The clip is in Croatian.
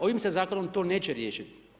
Ovim se zakonom to neće riješiti.